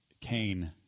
Cain